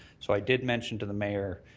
so i did mention to the mayor,